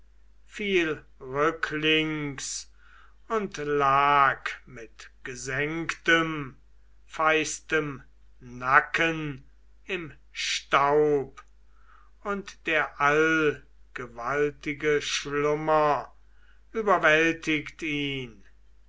fiel rücklings und lag mit gesenktem feistem nacken im staub und der allgewaltige schlummer überwältiget ihn